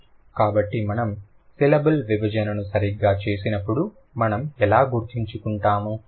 కాబట్టి మనం సిలబుల్ విభజనను సరిగ్గా చేసినప్పుడు మనం ఎలా గుర్తుంచుకుంటాము